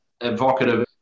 evocative